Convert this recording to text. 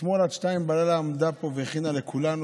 אתמול עד 02:00 עמדה פה והכינה לכולנו,